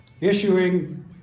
issuing